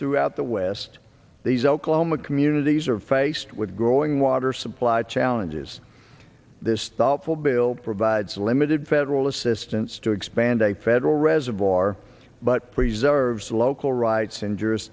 throughout the west these oklahoma communities are faced with growing water supply challenges this thoughtful bill provides limited federal assistance to expand a federal reservoir but preserves local rights and jur